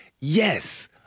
Yes